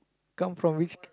come from which